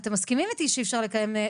אתם מסכימים איתי שאי אפשר לקיים,